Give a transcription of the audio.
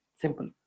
Simple